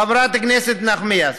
חברת הכנסת נחמיאס,